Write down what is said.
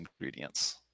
ingredients